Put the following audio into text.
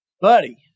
Buddy